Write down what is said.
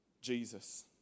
Jesus